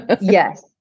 Yes